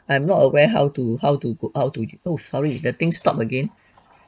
I'm not aware how to how to go out oh sorry the thing stop again